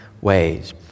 ways